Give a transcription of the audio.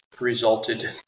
resulted